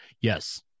yes